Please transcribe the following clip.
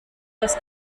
das